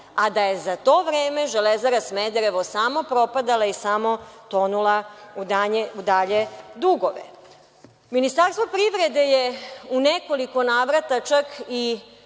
a da je za to vreme „Železara Smederevo“ samo propadala i samo tonula u dalje dugove. Ministarstvo privrede je u nekoliko navrata čak i